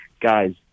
guys